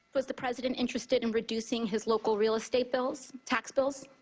was the president interested in reducing his local real-estate bills, tax bills?